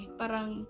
parang